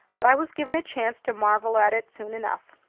but i was given a chance to marvel at it soon enough.